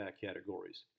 categories